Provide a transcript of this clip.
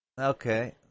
Okay